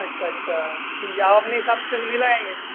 اچھا اچھا کیونکہ آپ اپنے حساب سے نہیں لائیں گے